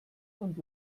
und